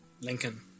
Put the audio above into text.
Lincoln